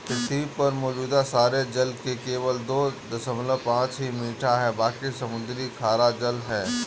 पृथ्वी पर मौजूद सारे जल में केवल दो दशमलव पांच ही मीठा है बाकी समुद्री खारा जल है